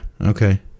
okay